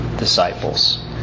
disciples